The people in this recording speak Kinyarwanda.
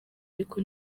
ariko